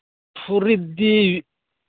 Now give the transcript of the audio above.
ꯐꯨꯔꯤꯠꯗꯤ